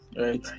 right